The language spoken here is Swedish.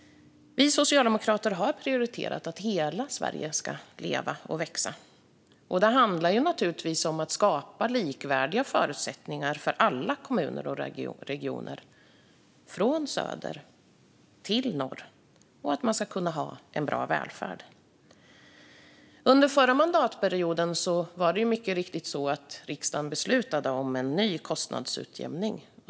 Vi socialdemokrater har prioriterat att hela Sverige ska leva och växa. Det handlar naturligtvis om att skapa likvärdiga förutsättningar för alla kommuner och regioner, från söder till norr, och om att man ska kunna ha en bra välfärd. Under förra mandatperioden beslutade riksdagen mycket riktigt om en ny kostnadsutjämning.